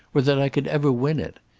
or that i could ever win it.